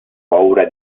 paura